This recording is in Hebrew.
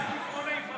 בעד עקרון ההיפרדות?